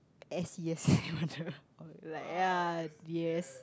S years or like ya yes